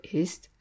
ist